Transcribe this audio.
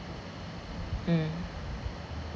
mm